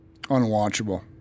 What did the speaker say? unwatchable